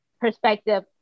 perspective